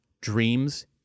Dreams